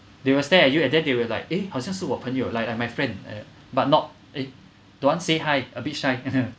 they will stare at you and then they will like eh 好像是我朋友 like like my friend but not eh don't want say hi a bit shy